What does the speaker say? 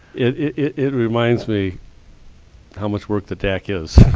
it reminds me how much work the dac is.